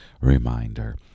reminder